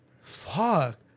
Fuck